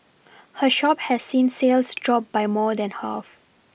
her shop has seen sales drop by more than half